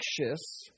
anxious